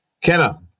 Kenna